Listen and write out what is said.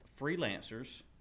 freelancers